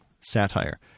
satire